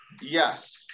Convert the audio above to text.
Yes